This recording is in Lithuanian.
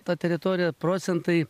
ta teritorija procentai